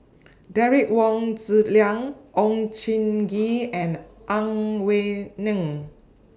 Derek Wong Zi Liang Oon Jin Gee and Ang Wei Neng